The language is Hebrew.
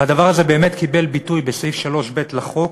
והדבר הזה באמת קיבל ביטוי בסעיף 3(ב) לחוק.